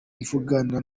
mvugana